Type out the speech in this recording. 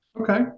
Okay